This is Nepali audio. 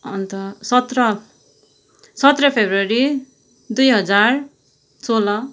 अन्त सत्र सत्र फेब्रुअरी दुई हजार सोह्र